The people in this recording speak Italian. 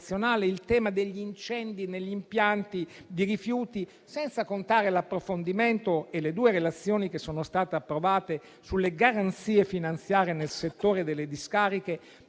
il tema degli incendi negli impianti di rifiuti, senza contare l'approfondimento e le due relazioni approvate sulle garanzie finanziarie nel settore delle discariche,